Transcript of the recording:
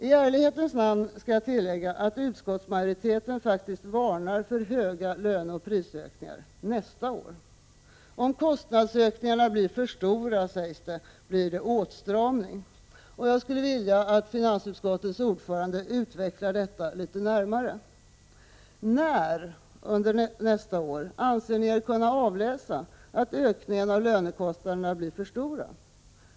I ärlighetens namn skall jag tillägga att utskottsmajoriteten faktiskt varnar för höga löneoch prisökningar — nästa år. Om kostnadsökningarna blir för stora blir det åtstramning, sägs det. Jag skulle vilja att finansutskottets ordförande utvecklar detta litet närmare. När under nästa år anser ni er kunna avläsa att ökningen av lönekostnaderna blir för stora?